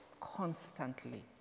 constantly